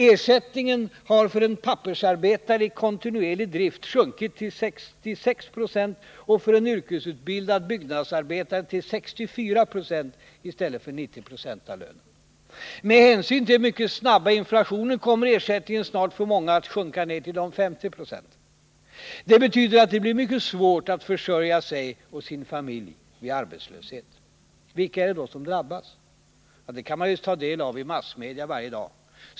Ersättningen har för en pappersarbetare i kontinuerlig drift sjunkit till 66 96 av lönen och för en yrkesutbildad byggnadsarbetare till 64 96 i stället för 90 26. Med hänsyn till den mycket snabba inflationen kommer ersättningen snart för många att sjunka till 50 26. Det betyder att det blir mycket svårt att försörja sig och sin familj vid arbetslöshet. Vilka är det då som drabbas? Det kan man ta del av i massmedia varje dag.